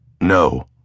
No